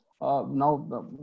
now